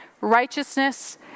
Righteousness